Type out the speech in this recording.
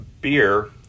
beer